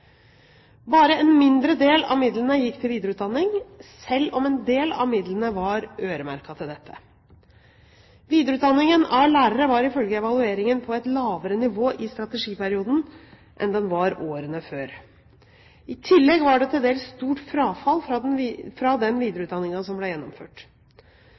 Bare en mindre del av midlene gikk til videreutdanning, selv om en del av midlene var øremerket til dette. Videreutdanningen av lærere var ifølge evalueringen på et lavere nivå i strategiperioden enn den var årene før. I tillegg var det til dels stort frafall fra den videreutdanningen som ble gjennomført.